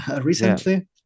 recently